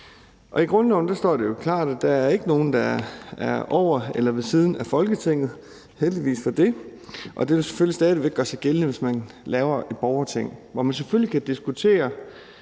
I grundloven står det jo klart, at der ikke er nogen, der er over eller ved siden af Folketinget – heldigvis for det. Det vil selvfølgelig stadig væk gøre sig gældende, hvis man laver et borgerting. Man kan selvfølgelig diskutere,